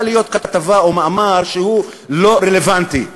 להיות כתבה או מאמר שהם לא רלוונטיים.